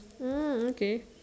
hmm okay